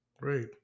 Great